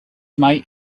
mate